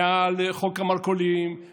ועל חוק המרכולים,